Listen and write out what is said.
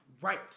right